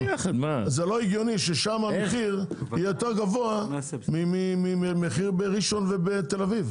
זה לא הגיוני ששם המחיר יהיה יותר גבוה מהמחיר בראשון ובתל אביב.